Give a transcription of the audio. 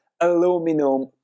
aluminum